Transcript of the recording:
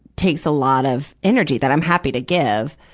takes a lot of energy that i'm happy to give.